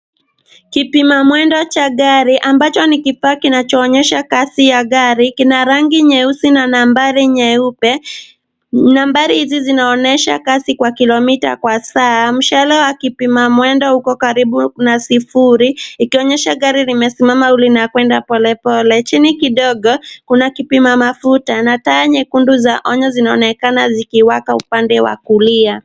Kipima mwendo cha gari ambacho ni kifaa kinachoonyesha kasi ya gari, kina rangi nyeusi na nambari nyeupe, nambari hizi zinaonyesha kasi kwa kilomita kwa saa. Mshale wa kipima mwendo uko karibu na sifuri, ikionyesha gari limesimama au lina kwenda polepole. Chini kidogo kuna kipima mafuta, na taa nyekundu za onyo zinaonekana ziki waka upande wa kulia.